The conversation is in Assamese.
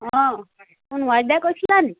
অঁ কোন কৈছিলানি